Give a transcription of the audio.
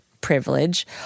privilege